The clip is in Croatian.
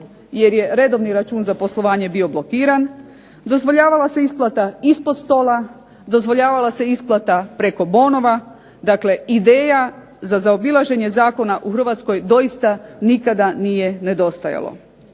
jer je redovni račun za poslovanje bio blokiran, dozvoljavala se isplata ispod stola, dozvoljavala se isplata preko bonova, dakle ideja za zaobilaženje zakona u Hrvatskoj doista nikada nije nedostajalo.